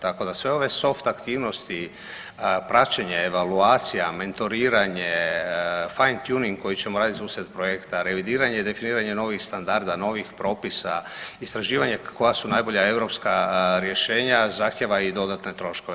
Tako da sve ove soft aktivnosti, praćenje, evaluacija, mentoriranje, fine tuning koji ćemo raditi uslijed projekta, revidiranje i definiranje novih standarda, novih propisa, istraživanje koja su najbolja europska rješenja zahtjeva i dodatne troškove.